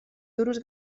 duros